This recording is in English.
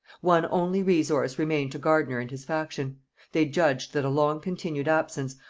one only resource remained to gardiner and his faction they judged that a long-continued absence,